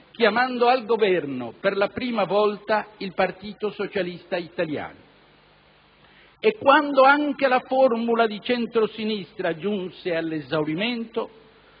chiamando al Governo, per la prima volta, il Partito socialista italiano. E quando anche la formula del centrosinistra giunse all'esaurimento,